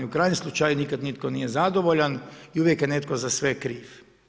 U krajnjem slučaju nikad nitko nije zadovoljan i uvijek je neko za sve kriv.